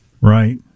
Right